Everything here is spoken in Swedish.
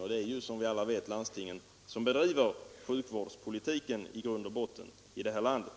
Och det är, som alla vet, landstingen som bedriver sjukvårdspolitiken i grund och botten här i landet.